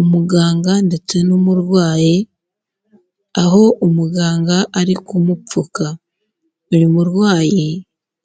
Umuganga ndetse n'umurwayi aho umuganga ari kumupfuka, uyu murwayi